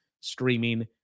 streaming